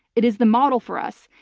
it is the model for us.